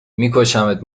میکشمت